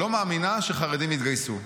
לא מאמינה שחרדים יתגייסו.